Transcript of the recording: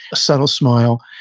a subtle smile,